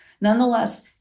Nonetheless